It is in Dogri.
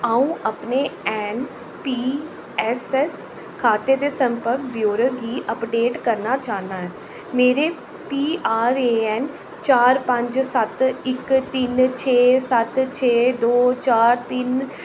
अं'ऊ अपने एन पी एस एस खाते दे संपर्क ब्योरे गी अपडेट करना चाह्न्नां ऐ मेरे पी आर ए एन चार पंज सत्त इक तिन छे सत्त छे दो चार तिन